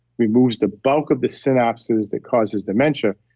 removes the bulk of the synopses that causes dementia,